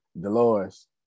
Dolores